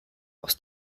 aus